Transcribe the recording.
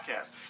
podcast